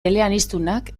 eleaniztunak